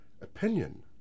opinion